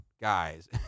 guys